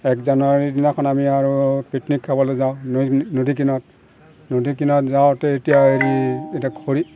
এক জানুৱাৰীৰ দিনাখন আমি আৰু পিকনিক খাবলৈ যাওঁ নৈ নদী কিনাৰত নদী কিনাৰত যাওঁতে এতিয়া হেৰি এতিয়া খৰি